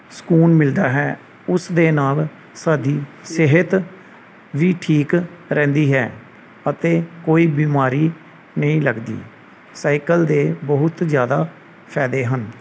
ਸਕੂਨ ਮਿਲਦਾ ਹੈ ਉਸ ਦੇ ਨਾਲ ਸਾਡੀ ਸਿਹਤ ਵੀ ਠੀਕ ਰਹਿੰਦੀ ਹੈ ਅਤੇ ਕੋਈ ਬਿਮਾਰੀ ਨਹੀਂ ਲੱਗਦੀ ਸਾਈਕਲ ਦੇ ਬਹੁਤ ਜ਼ਿਆਦਾ ਫ਼ਾਇਦੇ ਹਨ